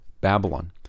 babylon